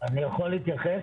אני יכול להתייחס?